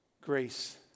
Grace